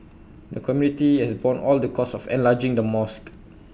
the community has borne all the costs of enlarging the mosque